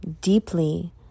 deeply